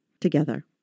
together